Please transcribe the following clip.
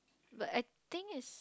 but I think is